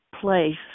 place